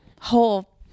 whole